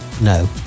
No